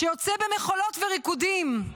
שיוצא במחולות ובריקודים?